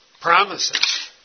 promises